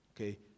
okay